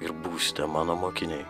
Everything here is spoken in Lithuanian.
ir būsite mano mokiniai